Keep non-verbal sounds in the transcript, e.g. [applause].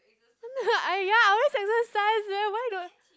[laughs] I ya I always exercise eh why got